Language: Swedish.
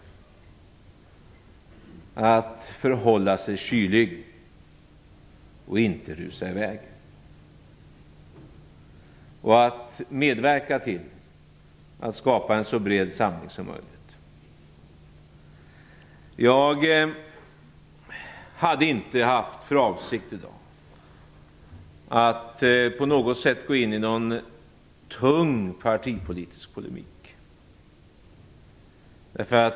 Det gäller att förhålla sig kylig och inte rusa i väg. Det är viktigt att skapa en så bred samling som möjligt. Jag hade inte haft för avsikt i dag att gå in i någon tung partipolitiskt polemik.